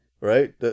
Right